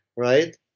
Right